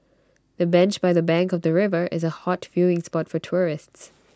the bench by the bank of the river is A hot viewing spot for tourists